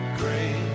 great